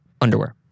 Underwear